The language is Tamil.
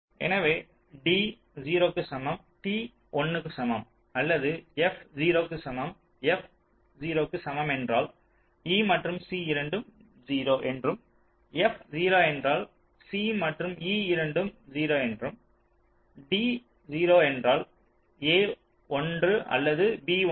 எனவே d 0 க்கு சமம் t 1 க்கு சமம் அல்லது f 0 க்கு சமம் f 0 க்கு சமம் என்றால் e மற்றும் c இரண்டும் 0 என்றும் f 0 என்றால் c மற்றும் e இரண்டும் 0 என்றும் d 0 என்றால் a 1 அல்லது b 1